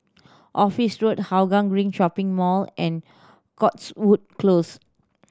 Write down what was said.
Office Road Hougang Green Shopping Mall and Cotswold Close